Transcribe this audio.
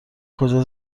کجا